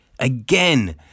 again